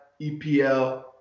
EPL